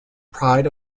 pride